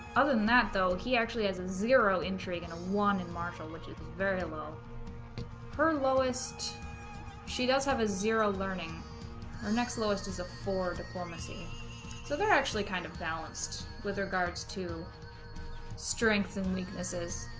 other than that though he actually has a zero intrigued and a-one and marshall which is very low her lowest she does have a zero learning her next lowest is a four the core machine so they're actually kind of balanced with regards to strengths and weaknesses